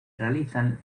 realizan